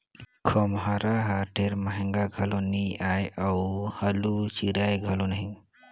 खोम्हरा हर ढेर महगा घलो नी आए अउ हालु चिराए घलो नही